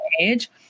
age